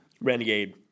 renegade